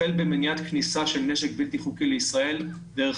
החל ממניעת כניסה של נשק בלתי חוקי לישראל דרך